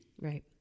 Right